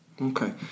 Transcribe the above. okay